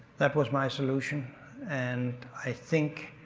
that was my solution and i think.